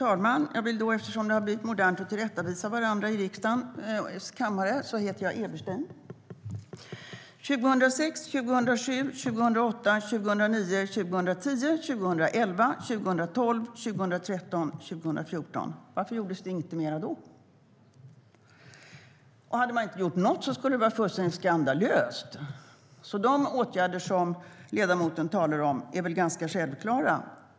Herr ålderspresident! Eftersom det har blivit modernt att tillrättavisa varandra i riksdagens kammare vill jag påpeka att jag heter Eberstein, utan tyskt uttal. År 2006, 2007, 2008, 2009, 2010, 2011, 2012, 2013 och 2014 - varför gjordes det inte mer då? Och det hade varit fullständigt skandalöst om man inte hade gjort något alls. De åtgärder som ledamoten talar om är alltså ganska självklara.